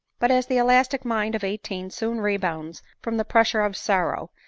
but as the elastic mind of eighteen soon rebounds from the pressure of sorrow,